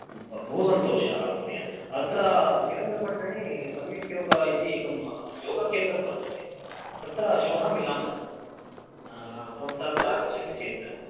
बहु सन्तोषः महोदय अत्र श्रीरङ्गपट्टने सम्यक् योग इति एकं योगजेन्द्रं वर्तते तत्र श्वः मिलामः भवन्तः अत्र आगच्छन्ति चेत्